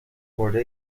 خورده